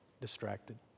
distracted